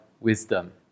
wisdom